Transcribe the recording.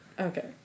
Okay